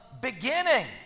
beginning